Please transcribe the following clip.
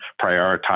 prioritize